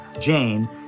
Jane